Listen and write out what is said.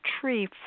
tree